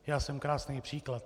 Já jsem krásný příklad.